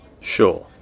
Sure